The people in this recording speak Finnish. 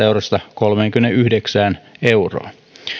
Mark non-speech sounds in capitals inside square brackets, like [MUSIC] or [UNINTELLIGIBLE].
[UNINTELLIGIBLE] eurosta kolmeenkymmeneenyhdeksään euroon